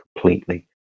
completely